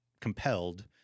compelled